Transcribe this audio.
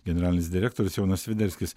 generalinis direktorius jonas sviderskis